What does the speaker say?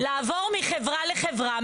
אתם הייתם צריכים לעבור מחברה לחברה,